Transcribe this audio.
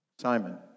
Simon